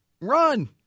run